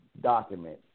document